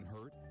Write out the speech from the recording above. hurt